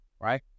right